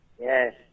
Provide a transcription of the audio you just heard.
Yes